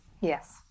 yes